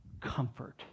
comfort